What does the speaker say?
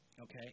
Okay